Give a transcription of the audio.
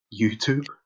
YouTube